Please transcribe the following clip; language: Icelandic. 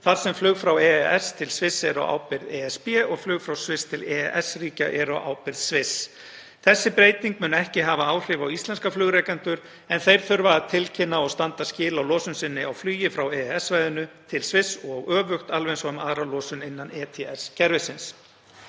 þar sem flug frá EES til Sviss eru á ábyrgð ESB og flug frá Sviss til EES-ríkja eru á ábyrgð Sviss. Þessi breyting mun ekki hafa áhrif á íslenska flugrekendur en þeir þurfa að tilkynna og standa skil á losun sinni á flugi frá EES-svæðinu til Sviss, og öfugt, alveg eins og aðra losun innan ETS-kerfisins.